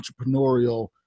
entrepreneurial